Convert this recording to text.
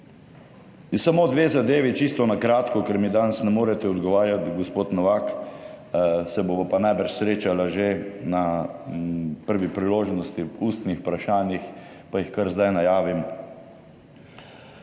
In samo dve zadevi, čisto na kratko, ker mi danes ne morete odgovarjati, gospod Novak, se bova pa najbrž srečala že na prvi priložnosti ob ustnih vprašanjih, pa jih kar zdaj najavim: